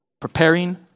preparing